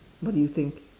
what do you think